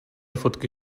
fotky